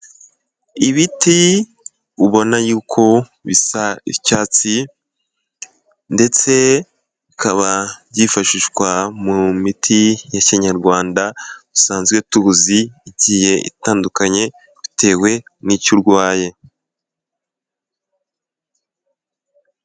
Ibiti ubona yuko bisa icyatsi ndetse bikaba byifashishwa mu miti ya kinyarwanda dusanzwe tuzi igiye itandukanye bitewe n'icyo urwaye.